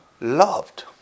loved